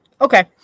Okay